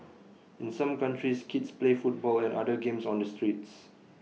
in some countries kids play football and other games on the streets